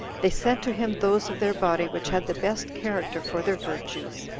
they sent to him those of their body which had the best character for their virtues,